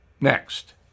Next